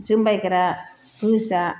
जोमबायग्रा गोजा